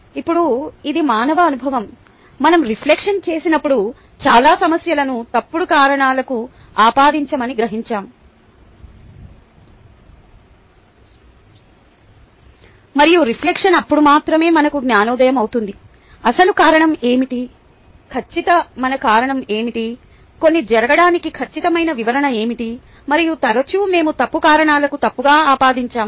ఇప్పుడు ఇది మానవ అనుభవం మనం రిఫ్లెక్షన్ చేసినపుడు చాలా సమస్యలను తప్పుడు కారణాలకు ఆపాదించామని గ్రహించాము మరియు రిఫ్లెక్షన్ అప్పుడు మాత్రమే మనకు జ్ఞానోదయం అవుతుంది అసలు కారణం ఏమిటి ఖచ్చితమైన కారణం ఏమిటి కొన్ని జరగడానికి ఖచ్చితమైన వివరణ ఏమిటి మరియు తరచూ మేము తప్పు కారణాలకు తప్పుగా ఆపాదించాము